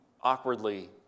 awkwardly